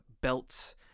belts